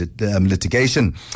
litigation